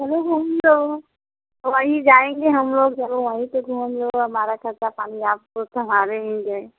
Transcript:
चलो घूम लो वहीं जाएँगे हम लोग चलो वहीं पर घूम लो हमारा खर्चा पानी आप तो सँभालेंगे